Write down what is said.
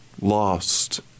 lost